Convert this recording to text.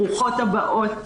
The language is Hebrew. ברוכות הבאות".